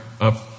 up